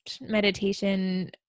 meditation